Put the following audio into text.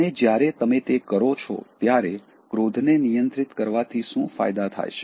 અને જ્યારે તમે તે કરો છો ત્યારે ક્રોધને નિયંત્રિત કરવાથી શું ફાયદા થાય છે